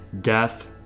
death